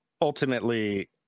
ultimately